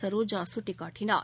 சரோஜா சுட்டிக்காட்டினார்